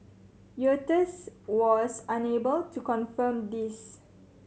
Reuters was unable to confirm this